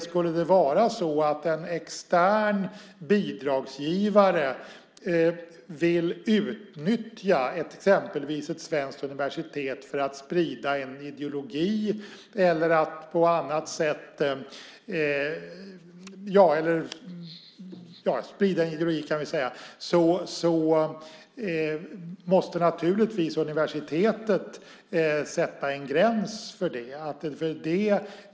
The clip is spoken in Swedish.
Skulle det vara så att en extern bidragsgivare vill utnyttja exempelvis ett svenskt universitet för att sprida en ideologi måste naturligtvis universitetet sätta en gräns.